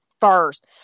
first